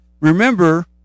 Remember